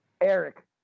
Eric